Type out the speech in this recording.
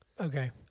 Okay